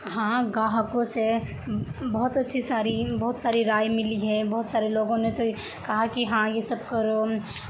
ہاں گاہکو سے بہت اچھی ساری بہت ساری رائے ملی ہے بہت سارے لوگوں نے تو کہا کہ ہاں یہ سب کرو